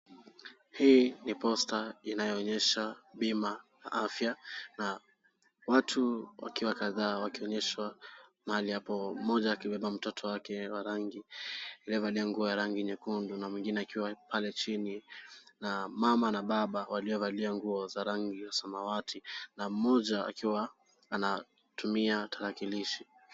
Hii ni posta inayoonyesha bima ya afya, na watu wakiwa kadhaa wakionyeshwa mahali hapo, mmoja akiwemo mtoto wake wa rangi, aliyevalia nguo ya rangi nyekundu na mwingine akiwa pale chini, na mama na baba waliovalia nguo za rangi ya samawati na mmoja akiwa anatumia tarakilishi.